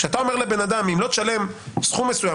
כשאתה אומר לבן אדם: אם לא תשלם סכום מסוים,